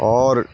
اور